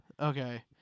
Okay